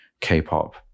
K-pop